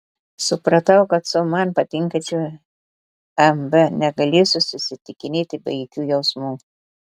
supratau kad su man patinkančiu m b negalėsiu susitikinėti be jokių jausmų